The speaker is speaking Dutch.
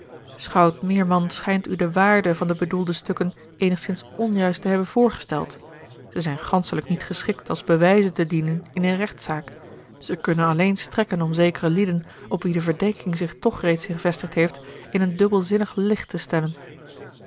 schout meerman schijnt u de waarde van de bedoelde stukken eenigszins onjuist te hebben voorgesteld zij zijn ganschelijk niet geschikt als bewijzen te dienen in eene rechtzaak zij konnen alleen strekken om zekere lieden op wie de verdenking zich toch reeds gevestigd heeft in een dubbelzinnig licht te stellen